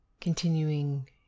continuing